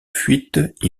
fuite